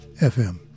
FM